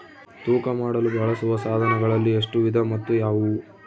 ತೂಕ ಮಾಡಲು ಬಳಸುವ ಸಾಧನಗಳಲ್ಲಿ ಎಷ್ಟು ವಿಧ ಮತ್ತು ಯಾವುವು?